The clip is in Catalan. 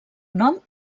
nom